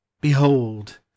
behold